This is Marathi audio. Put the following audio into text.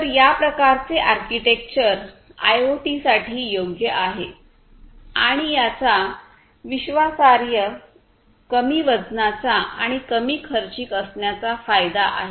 तर या प्रकारचे आर्किटेक्चर आयओटीसाठी योग्य आहे आणि याचा विश्वासार्ह कमी वजनाचा आणि कमी खर्चिक असण्याचा फायदा आहे